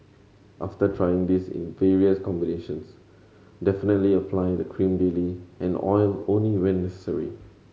after trying this in various combinations definitely apply the cream daily and oil only when necessary